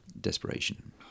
desperation